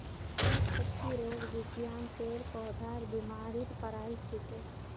वनस्पतिरोग विज्ञान पेड़ पौधार बीमारीर पढ़ाई छिके